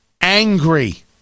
angry